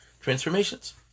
transformations